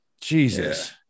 Jesus